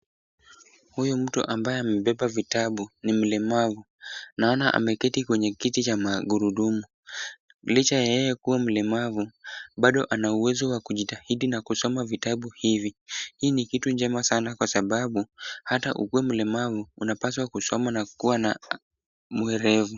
Huyu mtu ambaye amebeba vitabu ni mlemavu, naona ameketi kwenye kiti cha magurudumu, licha ya yeye kuwa mlemavu bado ana uwezo wa kujitahidi na kusoma vitabu hivi, hii ni kitu njema sana kwa sababu hata ukiwa mlemavu unapaswa kusoma na kuwa mwerevu.